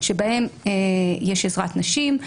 שבהם יש עזרת נשים.